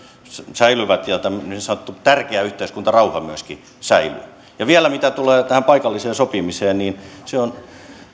säilyvät ja tämmöinen niin sanottu tärkeä yhteiskuntarauha myöskin säilyy vielä mitä tulee tähän paikalliseen sopimiseen niin se on